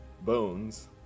bones